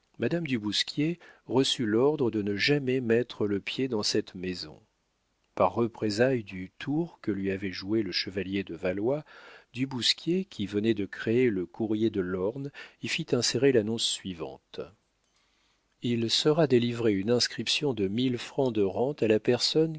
madame du bousquier reçut l'ordre de ne jamais mettre le pied dans cette maison par représailles du tour que lui avait joué le chevalier de valois du bousquier qui venait de créer le courrier de l'orne y fit insérer l'annonce suivante il sera délivré une inscription de mille francs de rente à la personne